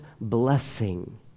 blessing